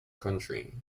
country